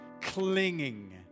clinging